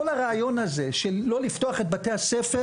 כל הרעיון הזה של לא לפתוח את בתי הספר